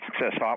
Success